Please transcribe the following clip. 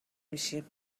میشیم